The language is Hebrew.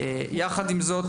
יחד עם זאת,